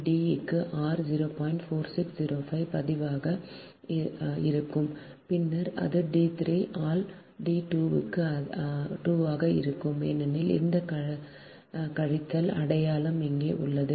4605 பதிவாக இரு பின்னர் அது d3 ஆல் d2 ஆக இருக்கும் ஏனெனில் இந்த கழித்தல் அடையாளம் இங்கே உள்ளது